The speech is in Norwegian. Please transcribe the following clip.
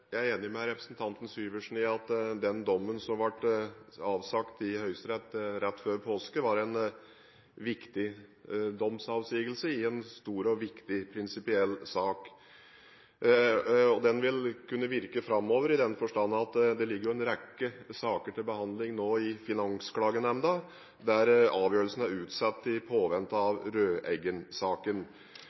Jeg er enig med representanten Syversen i at dommen som ble avsagt i Høyesterett rett før påske, var en viktig domsavsigelse i en stor og viktig prinsipiell sak. Den vil kunne virke framover i den forstand at det ligger en rekke saker til behandling i Finansklagenemnda hvor avgjørelsene er utsatt i påvente av